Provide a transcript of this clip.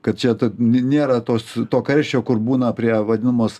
kad čia nėra tos to karščio kur būna prie vadinamos